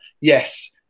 yes